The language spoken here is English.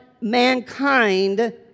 mankind